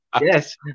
Yes